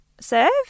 serve